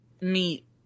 meet